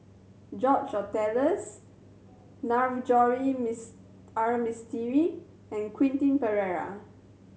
George Oehlers Navroji Miss R Mistri and Quentin Pereira